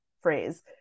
phrase